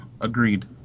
Agreed